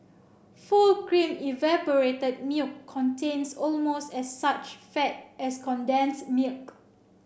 full cream evaporated milk contains almost as such fat as condensed milk